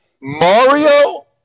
Mario